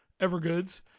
Evergoods